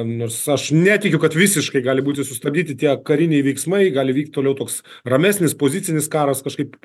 nors aš netikiu kad visiškai gali būti sustabdyti tie kariniai veiksmai gali vykt toliau toks ramesnis pozicinis karas kažkaip